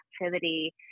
activity